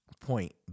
point